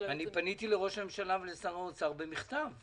פניתי לראש הממשלה ולשר האוצר במכתב